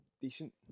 decent